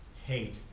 hate